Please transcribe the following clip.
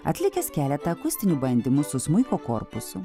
atlikęs keletą akustinių bandymų su smuiko korpusu